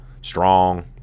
strong